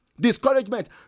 Discouragement